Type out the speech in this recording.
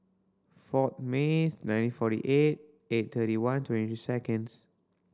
four May nineteen forty eight eight thirty one twenty seconds